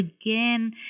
again